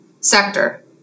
sector